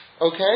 Okay